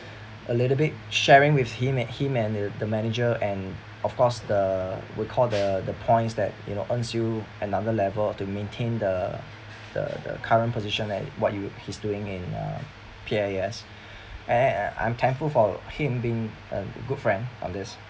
a little bit sharing with him that him and the manager and of course the I would call the the points that you know earns you another level to maintain the the the current position and what you he's doing in P_I_A_S uh and I'm thankful for him being a good friend on this